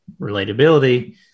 relatability